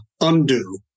undo